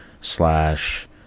slash